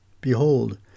Behold